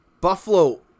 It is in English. Buffalo